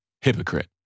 hypocrite